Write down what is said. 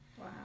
wow